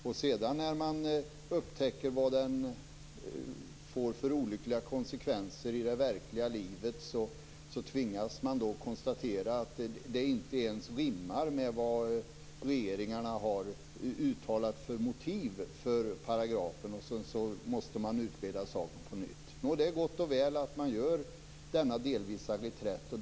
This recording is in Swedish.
När man sedan upptäcker vad denna får för olyckliga konsekvenser i det verkliga livet tvingas man konstatera att det inte ens rimmar med vad regeringarna har uttalat för motiv för paragrafen. Sedan måste man utreda saken på nytt. Det är gott och väl att man gör denna delvisa reträtt.